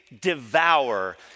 devour